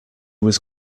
was